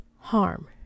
harm